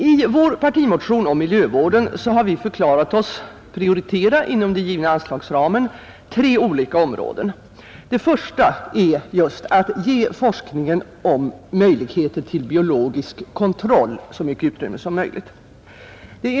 I vår partimotion om miljövården har vi förklarat oss inom den givna anslagsramen vilja prioritera tre olika områden, varav det första är just att ge forskningen om möjligheter till biologisk kontroll så mycket utrymme som möjligt.